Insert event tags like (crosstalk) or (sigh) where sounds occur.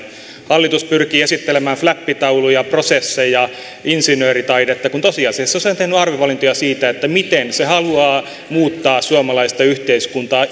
hallitus pyrkii esittelemään fläppitauluja prosesseja insinööritaidetta kun tosiasiassa se on tehnyt arvovalintoja siinä miten se haluaa muuttaa suomalaista yhteiskuntaa (unintelligible)